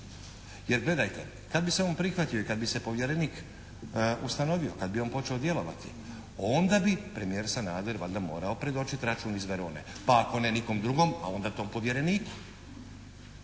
Jer gledajte, kad bi se on prihvatio i kad bi se povjerenik ustanovio, kad bi on počeo djelovati onda bi premijer Sanader valjda morao predočiti račun iz Verone. Pa ako ne nikom drugom pa onda tom povjereniku.